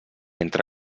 entre